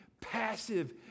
passive